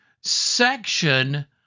section